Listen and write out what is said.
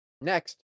next